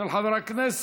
של חבר הכנסת